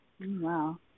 Wow